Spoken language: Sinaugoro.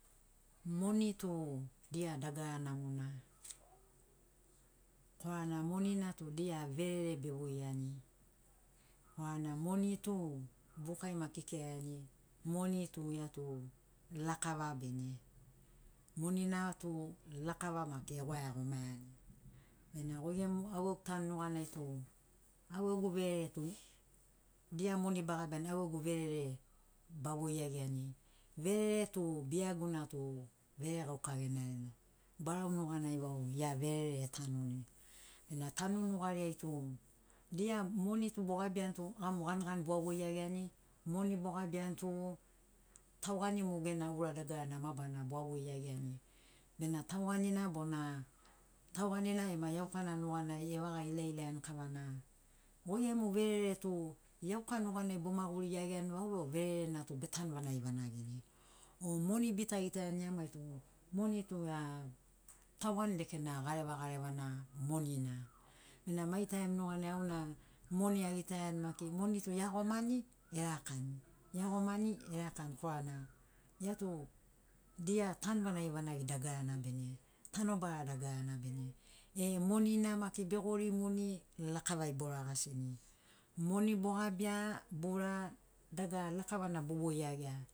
Moni tu dia dagara namona korana monina tu dia verere be voiani korana moni tu bukai maki ekiraiani moni tu iatu lakava bene monina tu lakava maki ewaiagomani bena oi gemu au gegu tanu nuganai tu au gegu verere tu dia moni bagabiani au gegu verere ba voi iagiani verere tu biaguna tu veregauka gena barau nuganai vau ia verere etanuni bena tanu nugariai tu dia moni bogabian tu gam ganigani boa voiagiani moni bogabiani tu tauanimu gena ura dagarana mabarana boa voiagiani bena tauanina bona tauanina ema iaukana nuganai evaga ilailaiani kavana goi gemu verere tu iauka nuganai bomaguri iagiani vau rogo vererena tu betanu vanagi vanagini o moni bita gitaiani ia maitu moni tu a tauani lekena gareva gareva na monina bena mai taim nuganai auna moni agitaiani maki moni tu eagomani erakani eagomani erakani korana iatu dia tanu vanagi vanagi dagarana bene tanobara dagarana bene e moni na maki begorimuni lakavai bo ragasini moni bogabia boura dagara lakavana bo voi iagia.